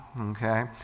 okay